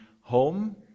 home